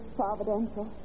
providential